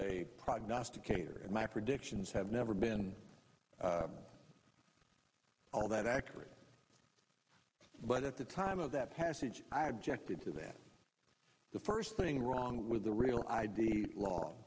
a prognosticator my predictions have never been all that accurate but at the time of that passage i objected to that the first thing wrong with the real i d law